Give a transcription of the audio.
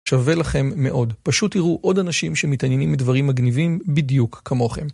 שווה לכם מאוד. פשוט תראו עוד אנשים שמתעניינים בדברים מגניבים בדיוק כמוכם.